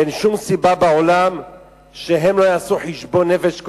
אין שום סיבה בעולם שהם לא יעשו חשבון נפש,